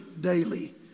daily